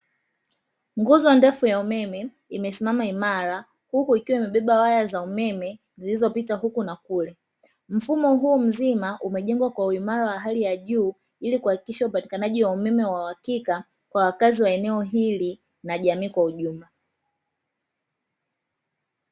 Nguzo ndefu ya umeme imesimama imara, huku ikiwa imebeba waya za umeme zilizopita huku na kule. Mfumo huu mzima umejengwa kwa uimara wa hali ya juu ili kuhakikisha upatikanaji wa umeme wa uhakika, kwa wakazi wa eneo hili na jamii kwa ujumla.